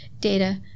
data